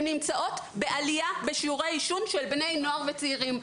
הם נמצאות בעלייה בשיעורי העישון של בני נוער וצעירים.